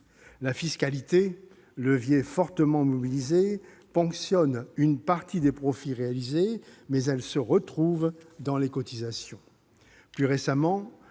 La fiscalité, levier fortement mobilisé, ponctionne une partie des profits réalisés, mais se retrouve dans les cotisations.